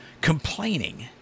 complaining